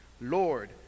Lord